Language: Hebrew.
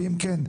ואם כן,